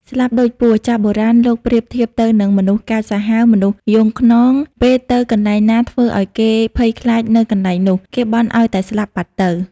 ស្លាប់ដូចពស់ ចាស់បុរាណលោកប្រៀបធៀបទៅនឹង មនុស្សកាចសាហាវ មនុស្សយង់ឃ្នង ពេលទៅកន្លែងណាធ្វើឲ្យគេភ័យខ្លាចនៅកន្លែងនោះ គេបន់ឲ្យតែស្លាប់បាត់ទៅ។